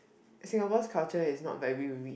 Singapore's culture is not very rich